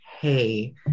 hey